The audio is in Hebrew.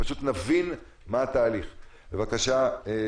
נותנים להם 24 שעות להירשם ובודקים שהם אכן